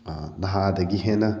ꯅꯍꯥꯗꯒꯤ ꯍꯦꯟꯅ